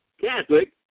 Catholic